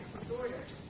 disorders